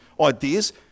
ideas